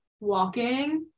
Walking